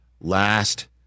last